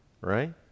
right